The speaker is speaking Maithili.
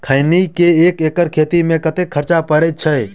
खैनी केँ एक एकड़ खेती मे कतेक खर्च परै छैय?